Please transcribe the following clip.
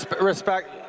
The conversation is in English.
respect